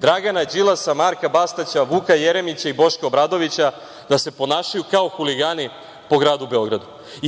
Dragana Đilasa, Marka Bastaća, Vuka Jeremića i Boška Obradovića da se ponašaju kao huligani po gradu Beogradu.